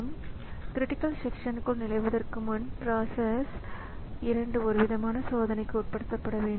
எனவே பகிரப்பட்ட ரிசாேர்ஸ்களை அணுக பொதுவான பஸ்ஸுடன் இணைக்கப்பட்ட இந்த இன்டர்ஃபேஸ் வழங்கப்பட வேண்டும்